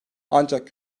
ancak